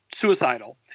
suicidal